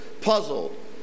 puzzled